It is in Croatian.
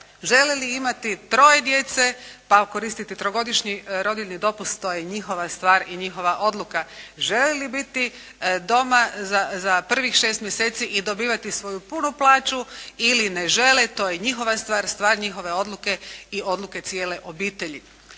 Žele li imati troje djece, pa koristiti trogodišnji rodiljni dopust to je njihova stvar i njihova odluka. Žele li biti doma za prvih 6 mjeseci i dobivati svoju punu plaću ili ne žele to je njihova stvar, stvar njihove odluke i odluke cijele obitelji.